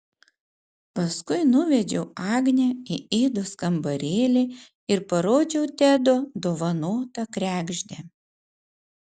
paskui nuvedžiau agnę į idos kambarėlį ir parodžiau tedo dovanotą kregždę